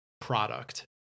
product